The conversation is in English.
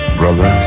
brother